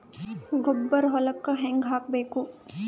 ಗೊಬ್ಬರ ಹೊಲಕ್ಕ ಹಂಗ್ ಹಾಕಬೇಕು?